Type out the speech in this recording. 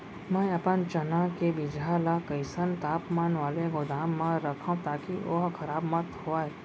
मैं अपन चना के बीजहा ल कइसन तापमान वाले गोदाम म रखव ताकि ओहा खराब मत होवय?